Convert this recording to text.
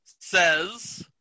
says